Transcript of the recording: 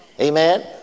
Amen